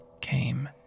came